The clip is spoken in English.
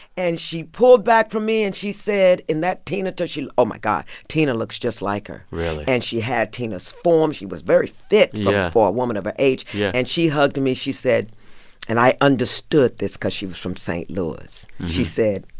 and she pulled back from me, and she said, in that tina turner oh, my god, tina looks just like her really? and she had tina's form. she was very fit for a woman of her age yeah and she hugged me. she said and i understood this cause she was from st. louis. she said,